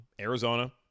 Arizona